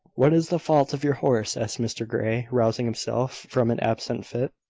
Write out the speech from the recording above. what is the fault of your horse? asked mr grey, rousing himself from an absent fit.